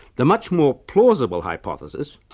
the much more plausible hypothesis,